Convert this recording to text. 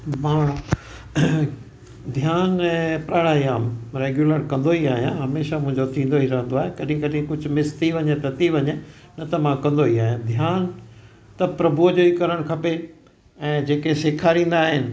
मां ध्यानु ऐं प्राणायाम रेगुयलर कंदो ई आहियां हमेशा मुंहिंजो थींदो ई रहंदो आहे कॾहिं कॾहिं कुझु मिस थी वञे त थी वञे न त मां कंदो ई आहियां ध्यानु त प्रभूअ जो ई करणु खपे ऐं जेके सेखारींदा आहिनि